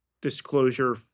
disclosure